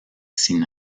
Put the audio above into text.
sin